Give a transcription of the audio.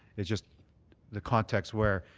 it's just the context, where.